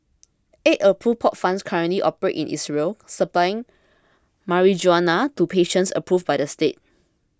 eight approved pot farms currently operate in Israel supplying marijuana to patients approved by the state